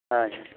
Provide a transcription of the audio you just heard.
ᱦᱚᱭ